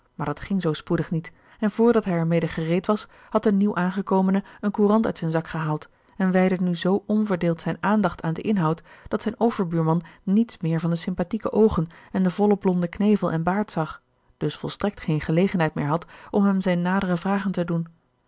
maar dat ging zoo spoedig niet en vr dat hij er mede gereed was had de nieuw aangekomene eene courant uit zijn zak gehaald en wijdde nu zoo onverdeeld zijn aandacht aan den inhoud dat zijn overbuurman niets meer van de sympathieke oogen en de volle blonde knevel en baard zag dus volstrekt geen gelegenheid meer had om hem zijne nadere vragen te doen